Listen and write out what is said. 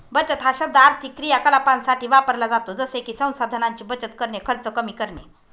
बचत हा शब्द आर्थिक क्रियाकलापांसाठी वापरला जातो जसे की संसाधनांची बचत करणे, खर्च कमी करणे